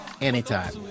anytime